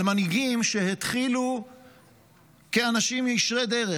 על מנהיגים שהתחילו כאנשים ישרי דרך